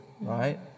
right